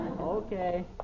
Okay